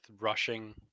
rushing